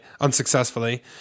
unsuccessfully